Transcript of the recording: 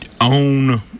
own